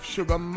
Sugar